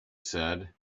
said